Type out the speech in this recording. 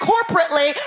corporately